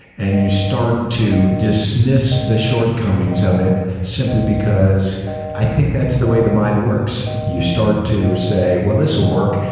and you start to dismiss the shortcomings of it, simply because i think that's the way the mind works. you start to say, well, this will work.